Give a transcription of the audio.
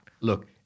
Look